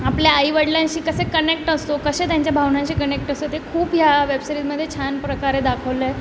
आपल्या आईवडलांशी कसे कनेक्ट असतो कसे त्यांच्या भावनांशी कनेक्ट असतो ते खूप ह्या वेबसिरीजमध्ये छान प्रकारे दाखवलं आहे